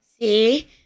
See